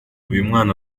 uyumwana